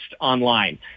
online